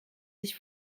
sich